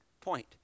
point